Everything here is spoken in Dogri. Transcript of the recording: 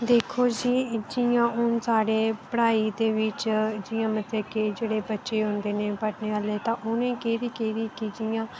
देखो जी जियां हून साढ़े पढ़ाई दे बिच जियां मतलब के जेह्ड़े बच्चे होदें न पढ़ने आह्ले ते ओह् उनेंगी केह्दी केह्द़ी कि जियां